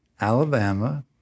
Alabama